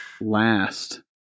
Last